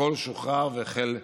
הכול שוחרר והחל לפעול.